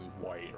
white